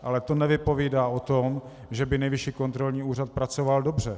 Ale to nevypovídá o tom, že by Nejvyšší kontrolní úřad pracoval dobře.